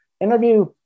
interview